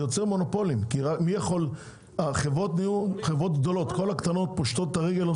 זה יוצר מונופולים: החברות הקטנות פושטות את הרגל,